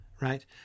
right